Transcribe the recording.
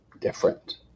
different